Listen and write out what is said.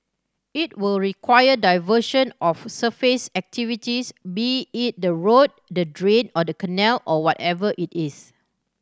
it will require diversion of surface activities be it the road the drain or the canal or whatever it is